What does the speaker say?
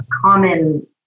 common